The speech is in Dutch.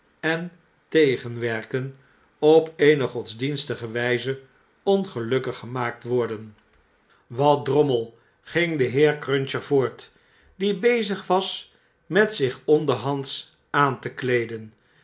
en tegenwerken op eene godsdienstige wijze ongelukkig gemaakt te worden wat drommel ging de heer cruncher voort die bezig was met zich onderhands aan te kleeden